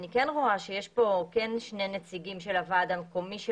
אני כן רואה שיש פה שני נציגים של הוועד המקומי של